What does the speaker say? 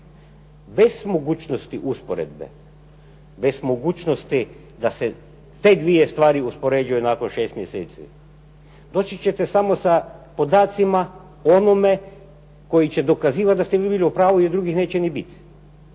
Bez mogućnosti usporedbe, bez mogućnosti da se te dvije stvari uspoređuju nakon šest mjeseci doći ćete samo sa podacima o onome koji će dokazivat da ste vi bili u pravu, jer drugih neće ni bit.